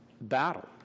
battle